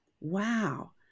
wow